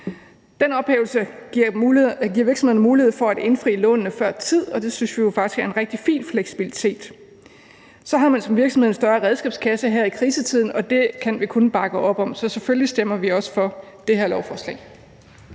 Den ophævelse giver virksomhederne mulighed for at indfri lånene før tid, og det synes vi jo faktisk er en rigtig fin fleksibilitet. Så har man som virksomhed en større redskabskasse her i krisetiden, og det kan vi kun bakke op om. Så selvfølgelig stemmer vi også for det her lovforslag.